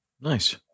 Nice